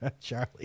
charlie